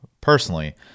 personally